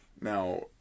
now